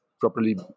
properly